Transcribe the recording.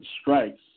strikes